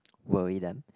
worry them